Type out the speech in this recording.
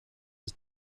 his